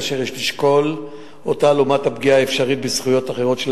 ויש לשקול אותה לעומת הפגיעה האפשרית בזכויות אחרות של